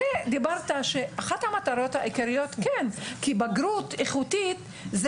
הרי דיברת ואמרת שזו אחת המטרות העיקריות כי בגרות איכותית זה